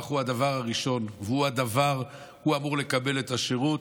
הוא הדבר הראשון והוא אמור לקבל את השירות,